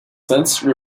since